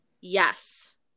Yes